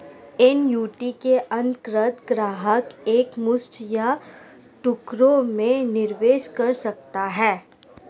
annuity के अंतर्गत ग्राहक एक मुश्त या टुकड़ों में निवेश कर सकता है